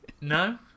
No